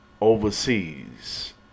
overseas